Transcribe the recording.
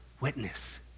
witness